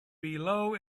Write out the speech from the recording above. below